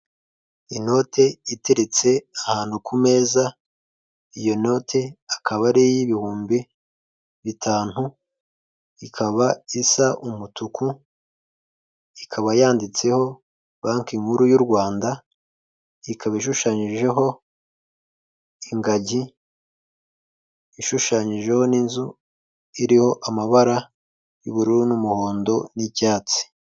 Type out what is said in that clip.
Inote iteretse ahantu ku meza, iyo note akaba ari iy'ibihumbi bitanu, ikaba isa umutuku, ikaba yanditseho banki nkuru y'u Rwanda, ikaba ishushanyijeho ingagi, ishushanyijeho n'inzu iriho amabara y'ubururu n'umuhondo n'icyatsi.